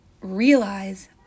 realize